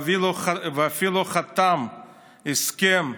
ואפילו חתם על הסכם,